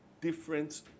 different